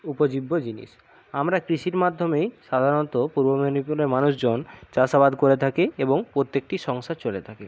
উপজীব্য জিনিস আমরা কৃষির মাধ্যমেই সাধারণত পূর্ব মেদিনীপুরের মানুষজন চাষ আবাদ করে থাকি এবং প্রত্যেকটি সংসার চলে থাকে